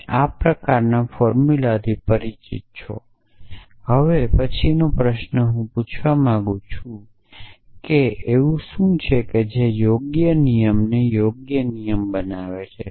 તમે આ પ્રકારના ફોર્મ્યુલાથી પરિચિત છો તેથી હવે પછીનો પ્રશ્ન હું પૂછવા માંગું છું કે એવું શું છે જે યોગ્ય નિયમને યોગ્ય નિયમ બનાવે છે